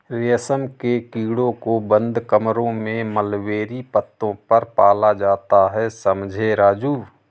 रेशम के कीड़ों को बंद कमरों में मलबेरी पत्तों पर पाला जाता है समझे राजू